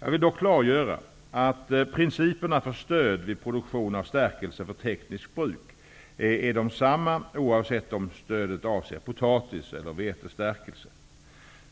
Jag vill dock klargöra att principerna för stöd vid produktion av stärkelse för tekniskt bruk är desamma oavsett om stödet avser potatiseller vetestärkelse.